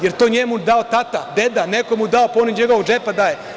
Jel to njemu dao tata, deda, neko mu dao pa on iz njegovog čepa daje?